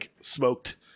smoked